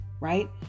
right